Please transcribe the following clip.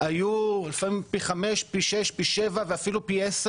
היו לפעמים פי 5 פי 6 פי 7 ואפילו פי 10